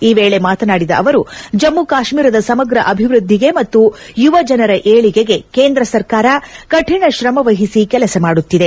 ಈ ವೇಳೆ ಮಾತನಾದಿ ಅವರು ಜಮ್ಮು ಕಾಶ್ಮೀರದ ಸಮಗ್ರ ಅಭಿವೃದ್ದಿಗೆ ಮತ್ತು ಯುವಜನರ ಏಳಿಗೆಗೆ ಕೇಂದ್ರ ಸರ್ಕಾರ ಕರಿಣ ಶ್ರಮ ವಹಿಸಿ ಕೆಲಸ ಮಾಡುತ್ತಿದೆ